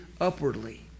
Upwardly